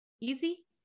easy